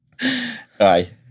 Aye